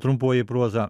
trumpoji proza